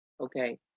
okay